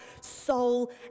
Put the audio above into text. soul